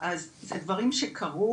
אז זה דברים שקרו